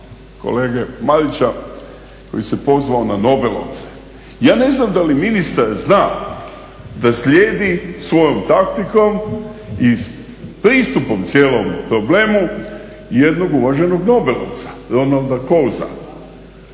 kolege Marića koji se pozvao nobelovce. Ja ne znam da li ministar zna da slijedi svojom taktikom i s pristupom cijelom problemu jednog uvaženog Nobelovca Ronalda Kouza.